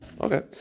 Okay